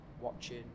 watching